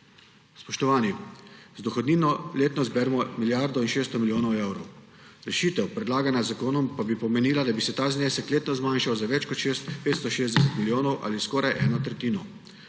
Spoštovani, z dohodnino letno zberemo milijardo in 600 milijonov evrov, rešitev, predlagana z zakonom, pa bi pomenila, da bi se ta znesek letno zmanjšal za več kot 560 milijonov ali skoraj eno tretjino.